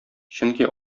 чөнки